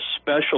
special